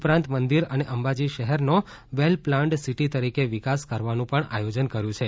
ઉપરાંત મંદિર અને અંબાજી શહેરનો વેલ પ્લાન્ડ સિટી તરીકે વિકાસ કરવાનું પણ આયોજન કર્યું છે